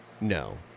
No